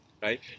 Right